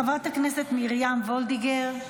חברת הכנסת מרים וולדיגר,